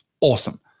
Awesome